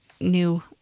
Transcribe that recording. new